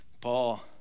Paul